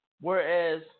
Whereas